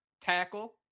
tackle